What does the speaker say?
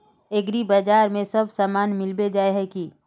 एग्रीबाजार में सब सामान मिलबे जाय है की?